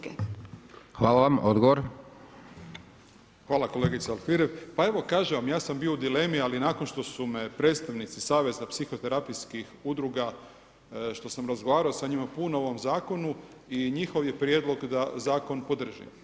Kolegice Alfirev pa evo kažem vam, ja sam bio u dilemi ali nakon što su me predstavnici saveza psihoterapijskih udruga, što sam razgovarao sa njima puno o ovom zakonu i njihov je prijedlog da zakon podržim.